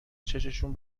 چششون